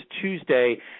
Tuesday